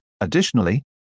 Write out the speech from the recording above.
Additionally